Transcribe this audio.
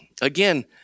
again